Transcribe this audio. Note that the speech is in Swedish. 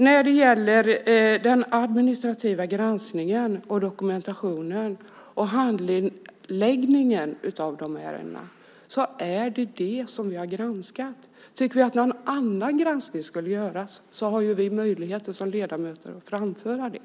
När det gäller den administrativa granskningen och dokumentationen samt handläggningen av de ärendena är det just det som vi har granskat. Tycker vi att en annan granskning ska göras har vi som ledamöter möjlighet att framföra det.